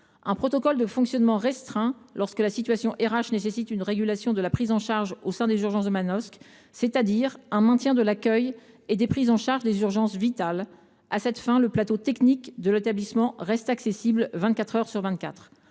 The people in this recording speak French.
un protocole de fonctionnement restreint lorsque la situation des ressources humaines (RH) nécessite une régulation de la prise en charge au sein des urgences de Manosque, c’est à dire un maintien de l’accueil et des prises en charge des urgences vitales. À cette fin, le plateau technique de l’établissement reste accessible vingt quatre